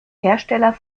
hersteller